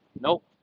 Nope